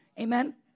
Amen